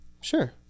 Sure